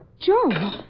Joe